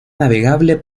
navegable